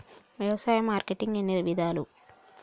వ్యవసాయ మార్కెటింగ్ ఎన్ని విధాలు?